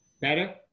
Better